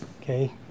Okay